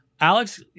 Alex